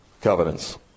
covenants